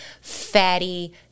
fatty